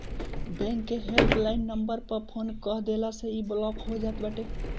bank के helpline number पअ phone कअ देहला से इ ब्लाक हो जात बाटे